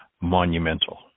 monumental